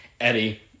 Eddie